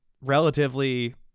relatively